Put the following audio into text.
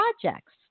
projects